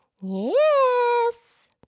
Yes